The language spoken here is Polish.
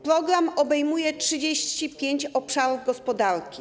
Program obejmuje 35 obszarów gospodarki.